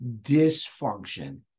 dysfunction